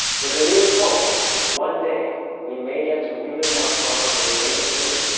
but there is hope that, one day, we may get to relive our trauma in a beige room,